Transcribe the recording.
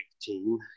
team